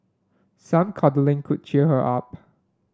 some cuddling could cheer her up